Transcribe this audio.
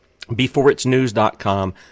BeforeIt'sNews.com